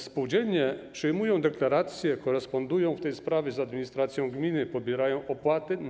Spółdzielnie przyjmują deklaracje, korespondują w tej sprawie z administracją gminy, pobierają opłaty.